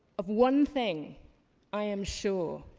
of one thing i am sure,